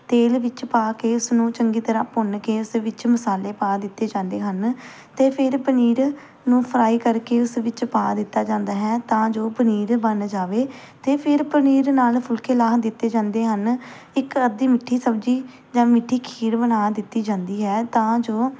ਤੇਲ ਵਿੱਚ ਪਾ ਕੇ ਉਸਨੂੰ ਚੰਗੀ ਤਰ੍ਹਾਂ ਭੁੰਨ ਕੇ ਉਸ ਵਿੱਚ ਮਸਾਲੇ ਪਾ ਦਿੱਤੇ ਜਾਂਦੇ ਹਨ ਅਤੇ ਫਿਰ ਪਨੀਰ ਨੂੰ ਫਰਾਈ ਕਰਕੇ ਉਸ ਵਿੱਚ ਪਾ ਦਿੱਤਾ ਜਾਂਦਾ ਹੈ ਤਾਂ ਜੋ ਪਨੀਰ ਬਣ ਜਾਵੇ ਅਤੇ ਫਿਰ ਪਨੀਰ ਨਾਲ ਫੁਲਕੇ ਲਾਹ ਦਿੱਤੇ ਜਾਂਦੇ ਹਨ ਇੱਕ ਅੱਧੀ ਮਿੱਠੀ ਸਬਜ਼ੀ ਜਾਂ ਮਿੱਠੀ ਖੀਰ ਬਣਾ ਦਿੱਤੀ ਜਾਂਦੀ ਹੈ ਤਾਂ ਜੋ